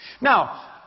Now